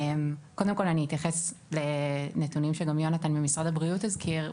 קודם כל אני אתייחס לנתונים שגם יונתן ממשרד הבריאות הזכיר: